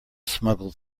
smuggled